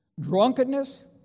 drunkenness